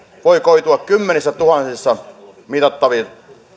voi koitua kymmenissätuhansissa mitattavia